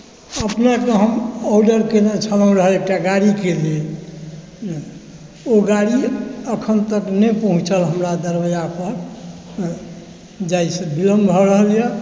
अपनेँके हम ऑर्डर कएने छलहुँ रहय एकटा गाड़ीके लेल ओ गाड़ी एखन तक नहि पहुँचल हमरा दरवाजापर जाहिसँ विलम्ब भऽ रहल अइ